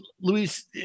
Luis